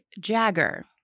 Jagger